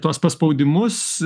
tuos paspaudimus